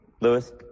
Lewis